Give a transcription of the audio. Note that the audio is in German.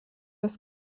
des